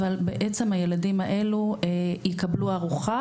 אבל בעצם הילדים האלו יקבלו ארוחה